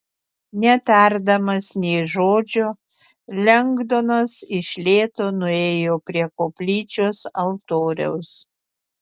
netardamas nė žodžio lengdonas iš lėto nuėjo prie koplyčios altoriaus